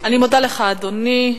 אני מודה לך, אדוני.